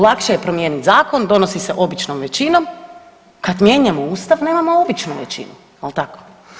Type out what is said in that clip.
Lakše je promijeniti zakon donosi se običnom većinom, kad mijenjamo Ustav nemamo običnu većinu jel tako.